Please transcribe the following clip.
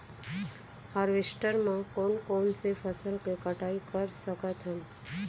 Harvester म कोन कोन से फसल के कटाई कर सकथन?